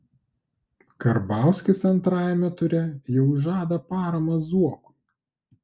karbauskis antrajame ture jau žada paramą zuokui